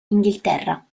inghilterra